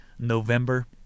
November